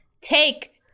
Take